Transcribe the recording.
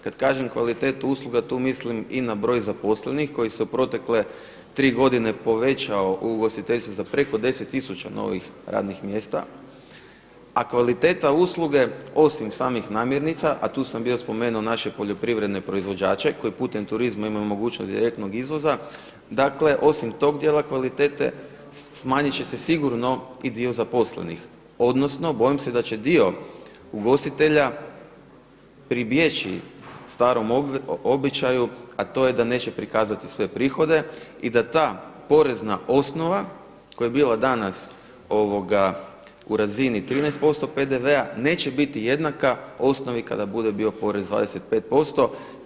Kad kažem kvalitetu usluga tu mislim i na broj zaposlenih koji se u protekle tri godine povećao u ugostiteljstvu za preko 10.000 novih radnih mjesta, a kvaliteta usluge osim samih namirnica, a tu sam bio spomenuo naše poljoprivredne proizvođače koji putem turizma imaju mogućnost direktnog izvoza, dakle osim tog dijela kvalitete smanjit će se sigurno i dio zaposlenih odnosno bojim se da će dio ugostitelja pribjeći starom običaju, a to je da neće prikazati sve prihode i da ta porezna osnova koja je bila danas u razini 13 posto PDV-a neće biti jednaka osnovi kada bude bio porez 25 posto.